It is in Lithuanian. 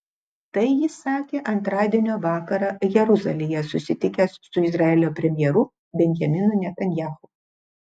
tai jis sakė antradienio vakarą jeruzalėje susitikęs su izraelio premjeru benjaminu netanyahu